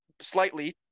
slightly